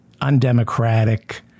undemocratic